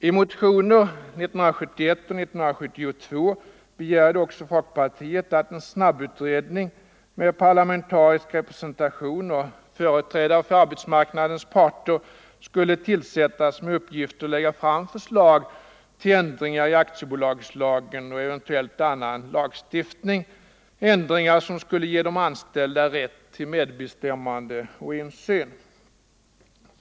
I motioner 1971 och 1972 begärde också folkpartiet att en snabbutredning med parlamentarisk representation och företrädare för arbetsmarknadens parter skulle tillsättas med uppgift att lägga fram förslag till sådana ändringar i aktiebolagslagen och eventuellt annan lagstiftning som ger de anställda rätt till medbestämmande och insyn.